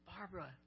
Barbara